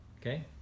Okay